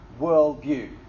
worldview